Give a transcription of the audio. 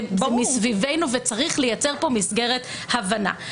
זה מסביבנו, וצריך לייצר פה מסגרת הבנה.